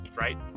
right